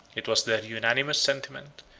it was their unanimous sentiment,